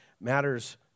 matters